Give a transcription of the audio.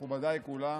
מכובדיי כולם,